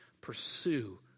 pursue